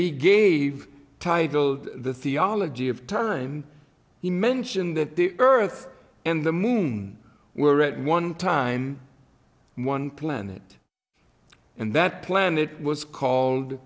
he gave titled the theology of time he mentioned that the earth and the moon were at one time one planet and that planet was called